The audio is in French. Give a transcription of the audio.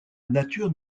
nature